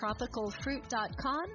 tropicalfruit.com